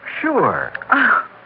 sure